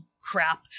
crap